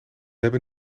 hebben